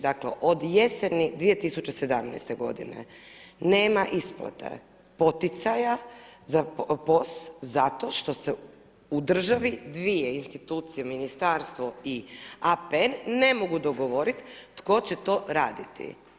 Dakle od jeseni 2017. godine nema isplate, poticaja za POS zato što se u državi dvije institucije, ministarstvo i APN ne mogu dogovoriti tko će to raditi.